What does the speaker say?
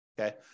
okay